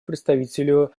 представителю